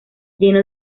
lleno